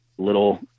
little